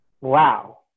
Wow